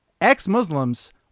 Ex-Muslims